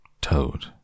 Toad